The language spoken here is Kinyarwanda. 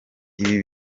ibi